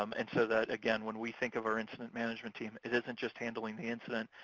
um and so that, again, when we think of our incident management team, it isn't just handling the incident.